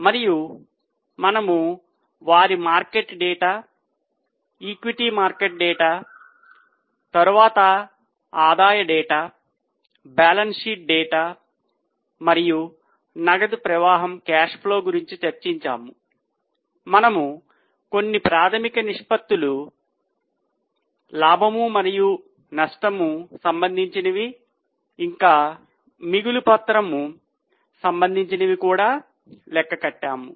మరియు మనము వారి market data equity market data తరువాత ఆదాయ డేటా బ్యాలెన్స్ షీట్ డేటా మరియు నగదు ప్రవాహం సంబంధించినవి కూడా లెక్క కట్టాము